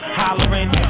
hollering